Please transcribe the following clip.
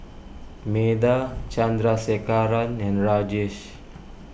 Medha Chandrasekaran and Rajesh